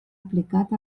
aplicat